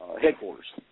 headquarters